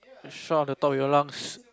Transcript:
shout at the top of your lungs